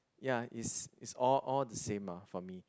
ya it's it's all all the same ah for me